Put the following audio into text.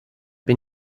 bin